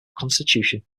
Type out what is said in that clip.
constitution